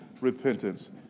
repentance